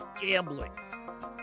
gambling